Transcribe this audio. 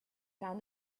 found